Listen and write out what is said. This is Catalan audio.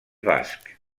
basc